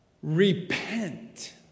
Repent